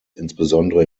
insbesondere